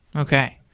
okay.